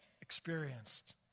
experienced